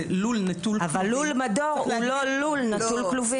אבל לול מדור הוא לא לול נטול כלובים.